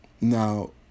Now